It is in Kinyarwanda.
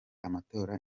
amatora